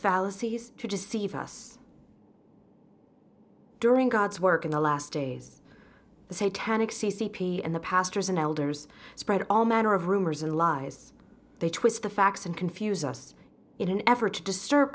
fallacies to deceive us during god's work in the last days the same tannic c c p and the pastors and elders spread all manner of rumors and lies they twist the facts and confuse us in an effort to disturb